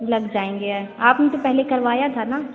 لگ جائیں گے آپ نے تو پہلے کروایا تھا نا